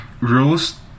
roast